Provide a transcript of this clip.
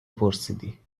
پرسیدی